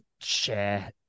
share